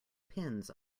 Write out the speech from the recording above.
pins